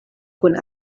kun